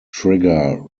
trigger